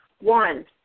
One